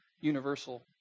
universal